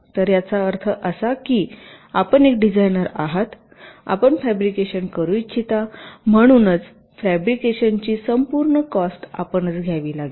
तर याचा अर्थ असा की आपण एक डिझाइनर आहात आपण फॅब्रिकेशन करू इच्छिता म्हणून फॅब्रिकेशन ची संपूर्ण कॉस्ट आपणच घ्यावी लागेल